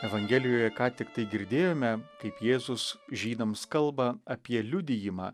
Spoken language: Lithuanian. evangelijoje ką tiktai girdėjome kaip jėzus žydams kalba apie liudijimą